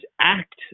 act